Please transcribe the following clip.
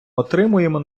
отримуємо